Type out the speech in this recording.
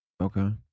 Okay